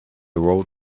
rode